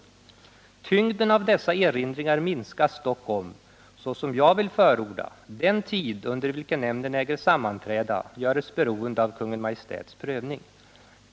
Tyngden av dessa erinringar minskas dock om, såsom jag vill förorda, den tid under vilken nämnden äger sammanträda, göres beroende av Kungl. Maj:ts prövning.